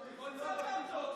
מתנגדים.